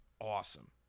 awesome